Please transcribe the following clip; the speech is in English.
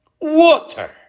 Water